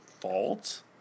fault